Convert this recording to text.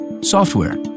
software